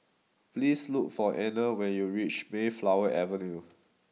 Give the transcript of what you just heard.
please look for Anner when you reach Mayflower Avenue